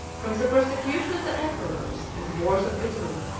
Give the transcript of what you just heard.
from the persecution of the emperors, and the wars of italy,